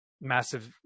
massive